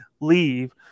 leave